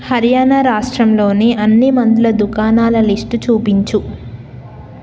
హర్యాణా రాష్ట్రంలోని అన్ని మందుల దుకాణాల లిస్టు చూపించు